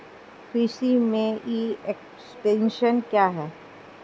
कृषि में e extension क्या है?